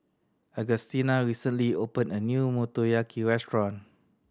Augustina recently opened a new Motoyaki Restaurant